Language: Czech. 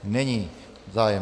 Není zájem.